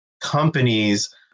companies